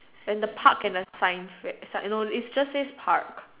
and the park and the sign you know it just says park